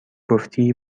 گفتی